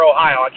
Ohio